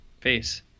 face